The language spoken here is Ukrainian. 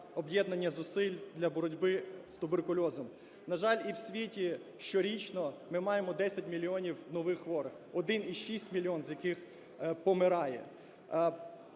об'єднання зусиль для боротьби з туберкульозом. На жаль, і в світі щорічно ми маємо 10 мільйонів нових хворих, 1,6 мільйона з яких помирає.